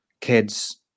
kids